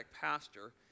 pastor